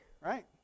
right